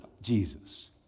Jesus